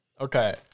Okay